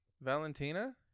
Valentina